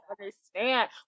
understand